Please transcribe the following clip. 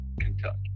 Kentucky